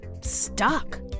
stuck